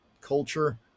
culture